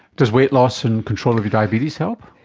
does weight loss and control of your diabetes help?